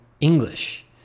English